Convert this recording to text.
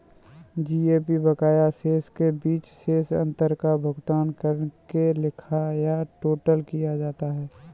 GAP बकाया शेष के बीच शेष अंतर का भुगतान करके लिखा या टोटल किया जाता है